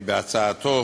בהצעתו,